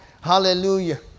Hallelujah